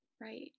right